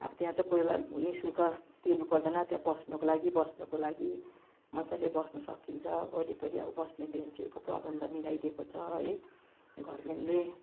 अब त्यहाँ चाहिँ कोही बेला निशुल्क तिर्नु पर्दैन त्यहाँ पस्नुको लागि बस्नुको लागि मजाले बस्नु सकिन्छ वरिपरि अब बस्ने बेन्चीहरूको प्रबन्ध मिलाइदिएको छ है गभर्नमेन्टले